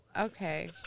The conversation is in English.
Okay